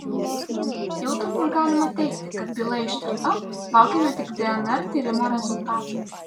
jau turbūt galima teigti kad byla ištirta laukiame tik dnr tyrimo rezultatų